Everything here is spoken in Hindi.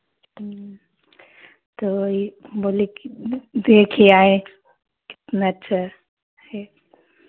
वही तो बोले कि देख आएँ कितना अच्छा है